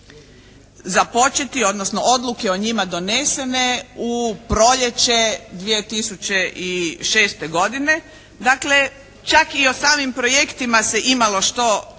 odnosno odluke o njima donesene u proljeće 2006. godine, dakle čak i o samim projektima se imalo što izvijestiti